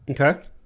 okay